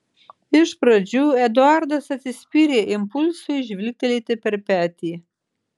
iš pradžių eduardas atsispyrė impulsui žvilgterėti per petį